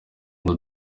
ngo